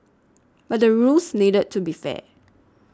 but the rules needed to be fair